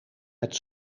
met